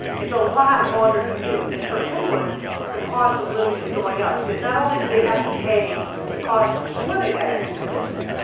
a lot longer commute. and for penguins the cost of living is going up because not only do they have to pay the cost of swimming that extra distance,